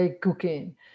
cooking